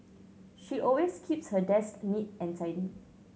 she always keeps her desk neat and tidy